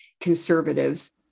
conservatives